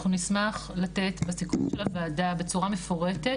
אנחנו נשמח לתת בסיכום של הוועדה בצורה מפורטת